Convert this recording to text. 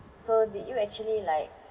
so did you actually like